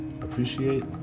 appreciate